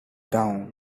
down